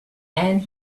and